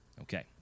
Okay